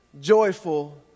joyful